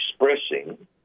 expressing